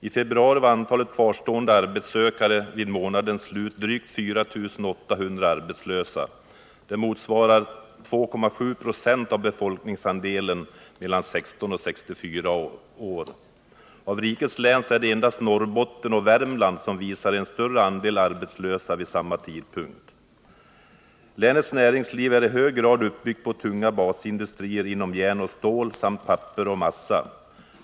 I februari var antalet kvarstående arbetssökande vid månadens slut drygt 4 800 arbetslösa, vilket motsvarar 2,7 90 av befolkningsandelen mellan 16 och 64 år. Av rikets län är det endast Norrbotten och Värmland som visar en större andel arbetslösa vid samma tidpunkt. Länets näringsliv är i hög grad uppbyggt på tunga basindustrier inom järn och stål samt papper och massa.